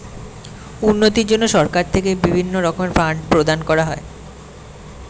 উন্নতির জন্য সরকার থেকে বিভিন্ন রকমের ফান্ড প্রদান করা হয়